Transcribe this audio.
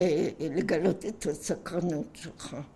‫לגלות את הסקרנות שלך.